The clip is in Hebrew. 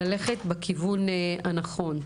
ללכת בכיוון הנכון.